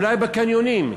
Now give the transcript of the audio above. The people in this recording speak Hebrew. אולי בקניונים,